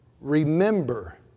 remember